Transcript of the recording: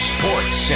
Sports